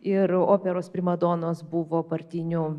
ir operos primadonos buvo partinių